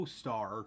star